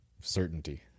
certainty